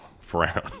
Frown